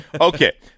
Okay